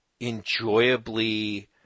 enjoyably